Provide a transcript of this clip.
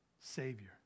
Savior